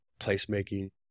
placemaking